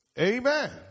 Amen